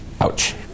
ouch